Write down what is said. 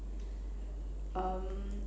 um